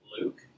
Luke